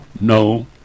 No